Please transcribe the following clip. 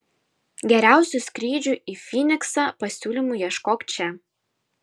geriausių skrydžių į fyniksą pasiūlymų ieškok čia